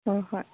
ꯍꯣꯏ ꯍꯣꯏ